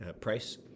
price